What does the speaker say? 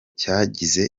cyagize